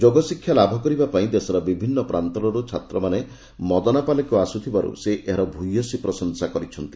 ଯୋଗ ଶିକ୍ଷା ଲାଭ କରିବା ପାଇଁ ଦେଶର ବିଭିନ୍ନ ପ୍ରାନ୍ତରରୁ ଛାତ୍ରମାନେ ମଦନାପାଲେକୁ ଆସୁଥିବାରୁ ସେ ଏହାର ଭୟସୀ ପ୍ରଶଂସା କରିଛନ୍ତି